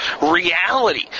reality